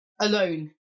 alone